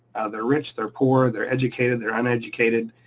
they're rich, they're poor, they're educated, they're uneducated,